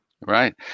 Right